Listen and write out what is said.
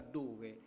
dove